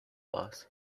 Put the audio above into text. boss